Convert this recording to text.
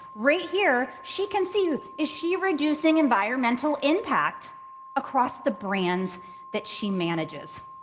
right here, she can see is she reducing environmental impact across the brands that she manages?